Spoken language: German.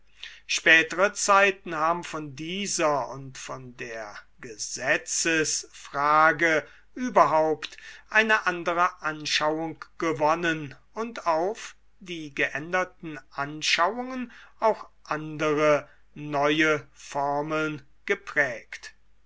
spätere zeiten haben von dieser und von der gesetzes frage überhaupt eine andere anschauung gewonnen und auf die geänderten anschauungen auch andere neue formeln geprägt